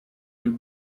and